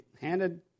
handed